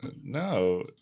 No